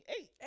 eight